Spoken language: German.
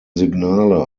signale